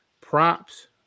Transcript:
props